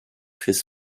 his